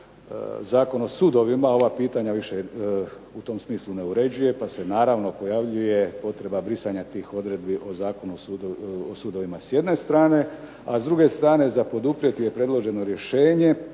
ne uređuje pa se naravno pojavljuje potreba brisanja tih odredbi o Zakonu o sudovima s jedne strane, a s druge strane je za poduprijeti je predloženo rješenje